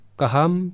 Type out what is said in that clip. kaham